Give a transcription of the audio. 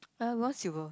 uh we won silver